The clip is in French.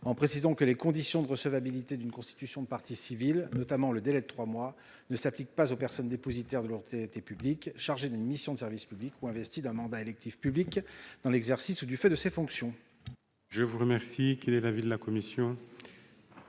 en précisant que les conditions de recevabilité d'une constitution de partie civile, notamment le délai de trois mois, ne s'appliquent pas aux personnes dépositaires de l'autorité publique chargées d'une mission de service public ou investies d'un mandat électif public dans l'exercice ou du fait de leurs fonctions. Quel est l'avis de la commission ?